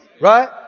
Right